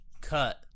cut